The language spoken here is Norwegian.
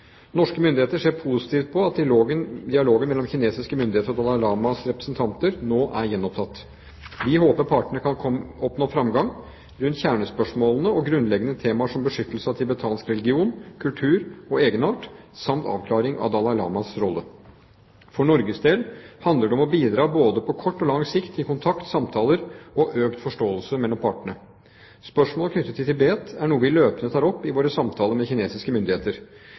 Norske myndigheter ser positivt på at dialogen mellom kinesiske myndigheter og Dalai Lamas representanter nå er gjenopptatt. Vi håper partene kan oppnå fremgang rundt kjernespørsmålene og grunnleggende temaer som beskyttelse av tibetansk religion, kultur og egenart, samt avklaring av Dalai Lamas rolle. For Norges del handler det om å bidra både på kort og lang sikt til kontakt, samtaler og økt forståelse mellom partene. Spørsmål knyttet til Tibet er noe vi løpende tar opp i våre samtaler med kinesiske myndigheter.